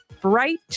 bright